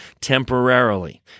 temporarily